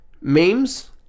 memes